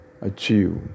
achieve